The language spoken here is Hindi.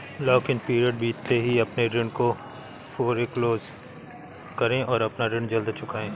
लॉक इन पीरियड बीतते ही अपने ऋण को फोरेक्लोज करे और अपना ऋण जल्द चुकाए